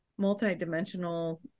multidimensional